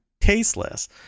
tasteless